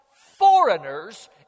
foreigners